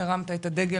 שהרמת את הדגל,